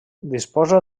disposa